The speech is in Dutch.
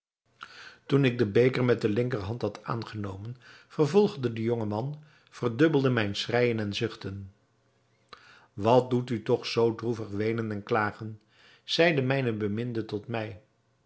toen ik den beker met de linkerhand had aangenomen vervolgde de jonge man verdubbelde mijn schreijen en zuchten wat doet u toch zoo droevig weenen en klagen zeide mijne beminde tot mij